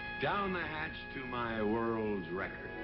down the hatch to my world's record.